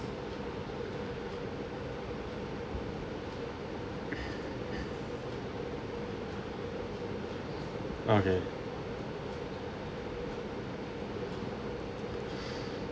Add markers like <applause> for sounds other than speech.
<noise> okay <breath>